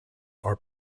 are